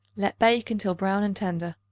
let bake until brown and tender.